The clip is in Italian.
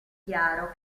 chiaro